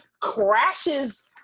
crashes